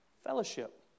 Fellowship